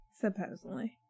Supposedly